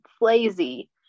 lazy